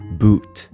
boot